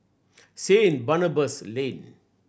Saint Barnabas Lane